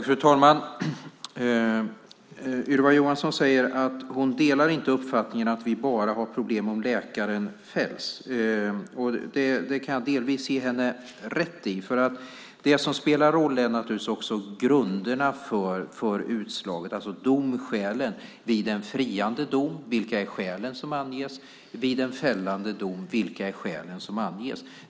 Fru talman! Ylva Johansson säger att hon inte delar uppfattningen att vi bara har problem om läkaren fälls. Det kan jag delvis ge henne rätt i. Det som spelar roll är naturligtvis också grunderna för utslaget, alltså domskälen. Vid en friande dom - vilka är skälen som anges? Vid en fällande dom - vilka är skälen som anges?